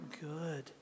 good